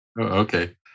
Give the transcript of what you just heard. Okay